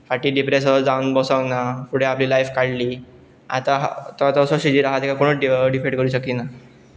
फाटीं डिप्रेशन जावन बसोंक ना फुडें आपली लायफ काडली आतां तोच असो स्टेजीर आहा तेका कोणू डिफेंड करूं शकिना